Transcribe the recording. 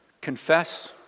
Confess